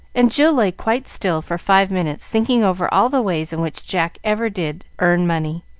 and jill lay quite still for five minutes, thinking over all the ways in which jack ever did earn money,